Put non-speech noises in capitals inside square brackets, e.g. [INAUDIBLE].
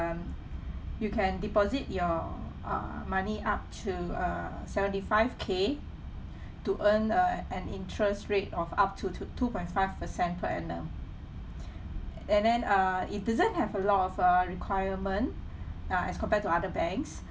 you can deposit your uh money up to uh seventy five K to earn uh an interest rate of up to t~ two point five percent per annum [BREATH] and then uh it doesn't have a lot of uh requirement uh as compared to other banks